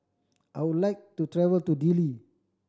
I would like to travel to Dili